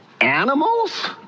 Animals